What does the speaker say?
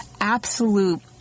absolute